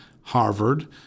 Harvard